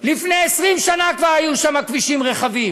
מוקף במרחב מוסלמי עוין.